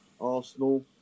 Arsenal